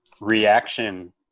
reaction